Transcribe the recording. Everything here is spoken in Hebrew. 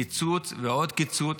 קיצוץ ועוד קיצוץ.